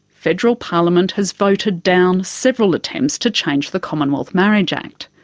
federal parliament has voted down several attempts to change the commonwealth marriage act.